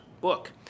book